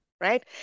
right